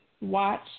watch